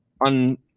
on